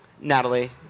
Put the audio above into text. Natalie